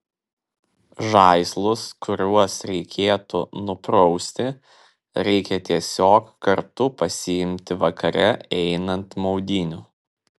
žaislus kuriuos reikėtų nuprausti reikia tiesiog kartu pasiimti vakare einant maudynių